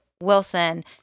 Wilson